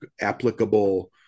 applicable